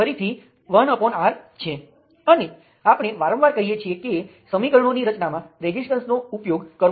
તેમ કરવાની આ બે સંભવિત રીતો છે ત્યાં બીજી રીતો પણ છે અને આપેલી છે તે જોતાં અમુક વિસંગતતા છે